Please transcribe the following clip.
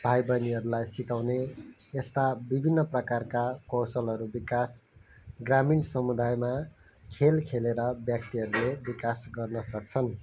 भाइबहिनीहरूलाई सिकाउने यस्ता विभिन्न प्रकारका कौसलहरू विकास ग्रामीण समुदायमा खेल खेलेर व्यक्तिहरूले विकास गर्न सक्छन्